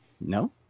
no